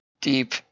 Deep